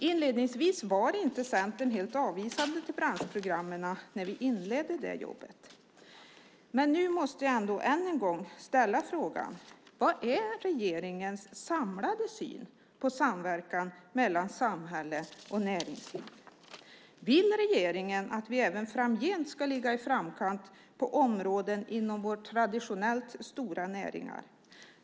Inledningsvis var inte Centern helt avvisande till branschprogrammen när vi inledde jobbet. Nu måste jag än en gång ställa frågan: Vad är regeringens samlade syn på samverkan mellan samhälle och näringsliv? Vill regeringen att vi även framgent ska ligga i framkant på områden inom våra traditionellt stora näringar?